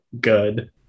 good